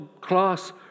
class